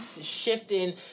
shifting